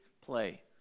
play